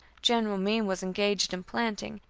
general meem was engaged in planting,